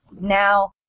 now